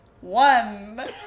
One